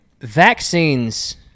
vaccines